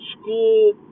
school